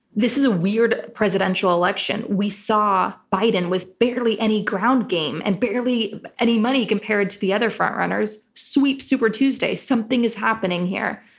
this is a weird presidential election. we saw biden with barely any ground game and barely any money compared to the other front runners sweep super tuesday. something is happening here.